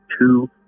two